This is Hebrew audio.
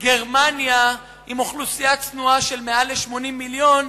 גרמניה, עם אוכלוסייה צנועה של יותר מ-80 מיליון,